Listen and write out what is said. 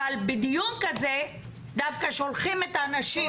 אבל בדיון כזה דווקא שולחים את הנשים.